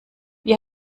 wie